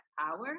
power